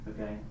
Okay